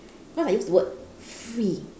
because I use the word free